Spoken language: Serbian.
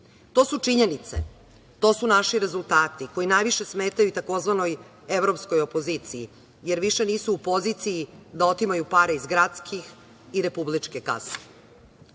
su činjenice. To su naši rezultati koji najviše smetaju tzv. evropskoj opoziciji jer više nisu u poziciji da otimaju pare iz gradskih i republičke kase.